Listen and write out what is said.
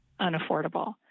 unaffordable